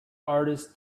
artist